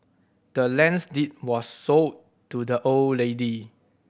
the land's deed was sold to the old lady